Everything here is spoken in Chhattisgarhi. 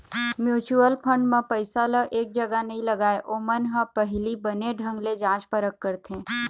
म्युचुअल फंड म पइसा ल एक जगा नइ लगाय, ओमन ह पहिली बने ढंग ले जाँच परख करथे